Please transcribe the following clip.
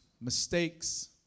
mistakes